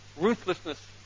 ruthlessness